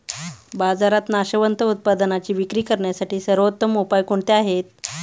बाजारात नाशवंत उत्पादनांची विक्री करण्यासाठी सर्वोत्तम उपाय कोणते आहेत?